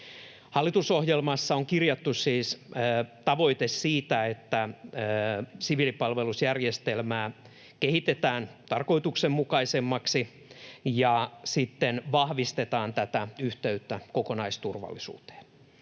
Hallitusohjelmassa on kirjattu siis tavoite siitä, että siviilipalvelusjärjestelmää kehitetään tarkoituksenmukaisemmaksi ja vahvistetaan tätä yhteyttä kokonaisturvallisuuteen.